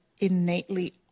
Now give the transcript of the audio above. innately